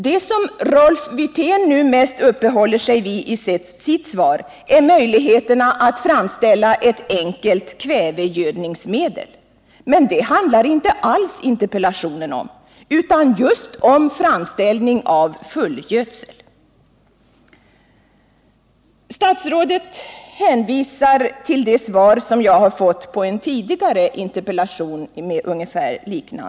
Det som Rolf Wirtén nu mest uppehåller sig vid i sitt svar är möjligheterna att framställa ett enkelt kvävegödningsmedel. Men interpellationen handlar inte alls om detta utan just om framställning av fullgödsel. Statsrådet hänvisar till det svar jag fått på en tidigare interpellation.